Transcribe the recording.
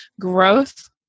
growth